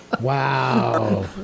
Wow